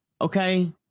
Okay